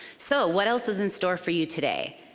so what else is in store for you today?